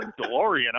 DeLorean